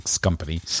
company